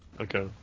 Okay